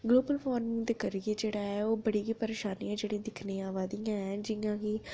global warming दे करियै ओह् जेह्ड़ी परेशानी दिक्खने गी आवा दियां हैन ओह् जि'यां कि